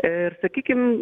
ir sakykim